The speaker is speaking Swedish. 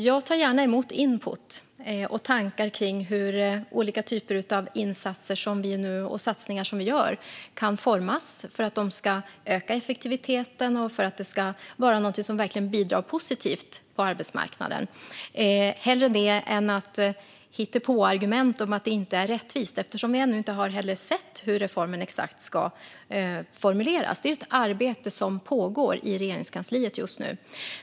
Jag tar gärna emot input och tankar om hur olika insatser och satsningar som vi gör kan formas för att de ska öka effektiviteten och bidra positivt på arbetsmarknaden - hellre det än hittepåargument om att det inte är rättvist. Vi har ännu inte sett hur reformen ska formuleras, för det är ett arbete som pågår i Regeringskansliet just nu.